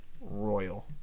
royal